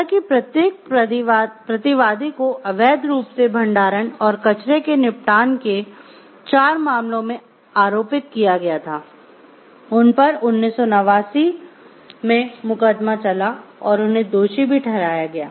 हालाँकि प्रत्येक प्रतिवादी को अवैध रूप से भंडारण और कचरे के निपटान के चार मामलों में आरोपित किया गया था उन पर 1989 में मुकदमा चला और उन्हें दोषी भी ठहराया गया